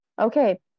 okay